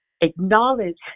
acknowledge